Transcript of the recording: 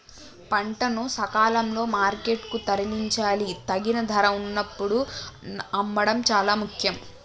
పంటను సకాలంలో మార్కెట్ కు తరలించాలి, తగిన ధర వున్నప్పుడు అమ్మడం చాలా ముఖ్యం